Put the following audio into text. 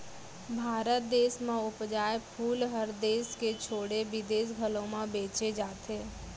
भारत देस म उपजाए फूल हर देस के छोड़े बिदेस घलौ म भेजे जाथे